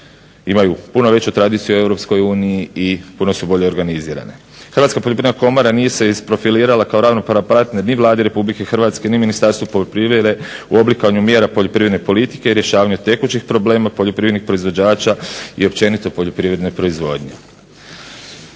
imaju puno veću tradiciju u Europskoj uniji i puno su bolje organizirane. Hrvatska poljoprivredna komora nije se isprofilirala kao ravnopravan partner ni Vladi Republike Hrvatske ni Ministarstvu poljoprivrede u oblikovanju mjera poljoprivredne politike i rješavanja tekućih problema poljoprivrednih proizvođača i općenito poljoprivredne proizvodnje.